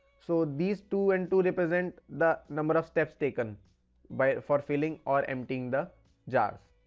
so these two and two represent the number of steps taken by for filling or emptying the jars.